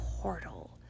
portal